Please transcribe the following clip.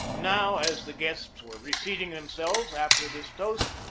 now, as the guests were reseating themselves after this toast,